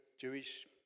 Jewish